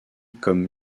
comme